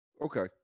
okay